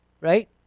Right